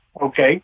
Okay